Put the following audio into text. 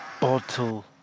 Bottle